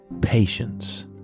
patience